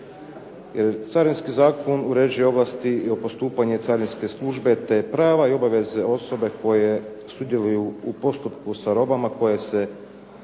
jer Carinski zakon uređuje ovlasti i postupanje carinske službe te prava i obaveze osobe koje sudjeluju u postupku sa robama, koje se